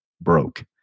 broke